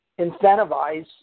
incentivize